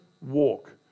walk